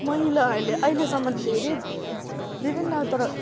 महिलाहरूले अहिलेसम्म धेरै विभिन्न तर